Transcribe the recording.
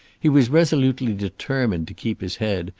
he was resolutely determined to keep his head,